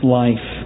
life